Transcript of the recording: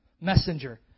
messenger